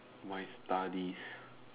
my studies